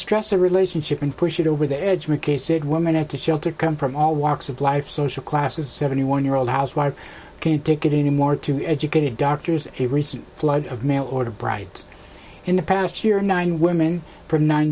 stress a relationship and push it over the edge mckay said woman at a shelter come from all walks of life social classes seventy one year old housewife can't take it anymore to educated doctors a recent flood of mail order brides in the past year nine women from nine